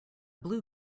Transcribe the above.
blue